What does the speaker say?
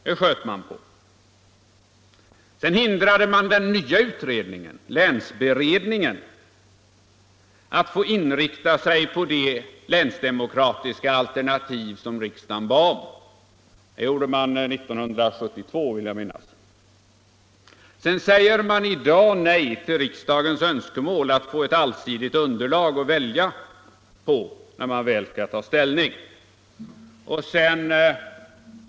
Det sköt man på. Sedan hindrade man den nya utredningen, länsberedningen, att få inrikta sig på de länsdemokratiska alternativ som riksdagen bad om. Det gjorde man 1972, vill jag minnas. Sedan säger man i dag nej till riksdagens önskemål att få ett allsidigt underlag att välja på när man väl skall ta ställning.